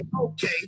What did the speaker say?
okay